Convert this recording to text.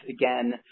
again